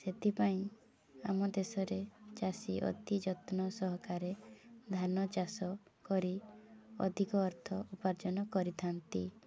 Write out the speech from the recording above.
ସେଥିପାଇଁ ଆମ ଦେଶରେ ଚାଷୀ ଅତି ଯତ୍ନ ସହକାରେ ଧାନ ଚାଷ କରି ଅଧିକ ଅର୍ଥ ଉପାର୍ଜନ କରିଥାନ୍ତି